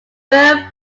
firm